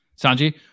Sanji